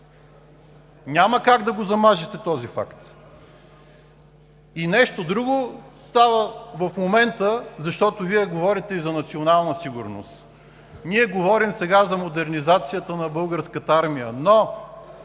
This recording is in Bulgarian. Няма как да замажете този факт. И нещо друго става в момента, защото Вие говорите и за национална сигурност. Ние говорим сега за модернизацията на Българската армия, но